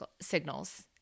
signals